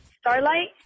Starlight